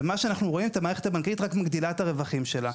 ומה שאנחנו רואים את המערכת הבנקאית רק מגדילה את הרווחים שלה.